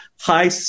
high